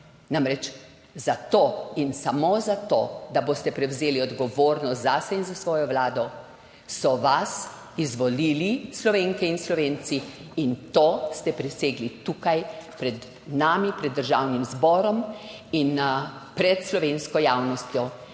Namreč zato in samo za to, da boste prevzeli odgovornost zase in za svojo vlado, so vas izvolili Slovenke in Slovenci. In to ste presegli tukaj pred nami, pred državnim zborom in pred slovensko javnostjo,